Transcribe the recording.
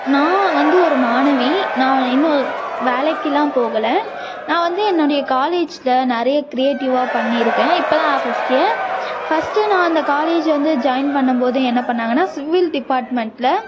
நான் வந்து ஒரு மாணவி நான் இன்னும் வேலைக்கு எல்லாம் போகலை நான் வந்து என்னுடைய காலேஜில் நிறைய க்ரியேட்டிவாக பண்ணி இருக்கேன் இப்போ தான் ஃபர்ஸ்ட்டு ஃபர்ஸ்ட்டு நான் அந்த காலேஜில் வந்து ஜாயின் பண்ணும் போது என்ன பண்ணாங்கன்னா சிவில் டிப்பார்ட்மெண்டில்